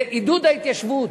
זה עידוד ההתיישבות.